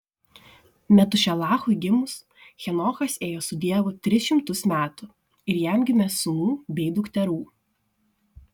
metušelachui gimus henochas ėjo su dievu tris šimtus metų ir jam gimė sūnų bei dukterų